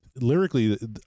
Lyrically